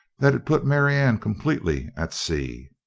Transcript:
that it put marianne completely at sea.